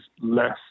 less